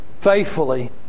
faithfully